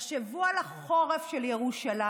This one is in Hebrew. תחשבו על החורף של ירושלים.